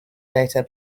data